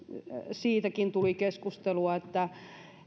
siitäkin tuli keskustelua että